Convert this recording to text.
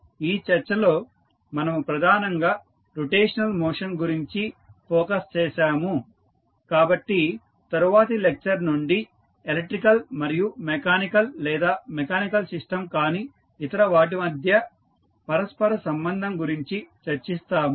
ఈ చర్చలో మనము ప్రధానంగా రొటేషనల్ మోషన్ గురించి ఫోకస్ చేసాము కాబట్టి తరువాతి లెక్చర్ నుండి ఎలక్ట్రికల్ మరియు మెకానికల్ లేదా మెకానికల్ సిస్టం కాని ఇతర వాటి మధ్య పరస్పర సంబంధం గురించి చర్చిస్తాము